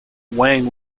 wang